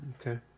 Okay